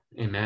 amen